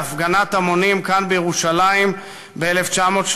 בהפגנת המונים כאן בירושלים ב-1938,